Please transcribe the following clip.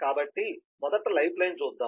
కాబట్టి మొదట lifeline చూద్దాం